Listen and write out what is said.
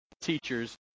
teachers